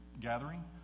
gathering